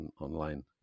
online